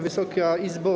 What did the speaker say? Wysoka Izbo!